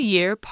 Year